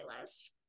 list